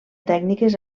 tècniques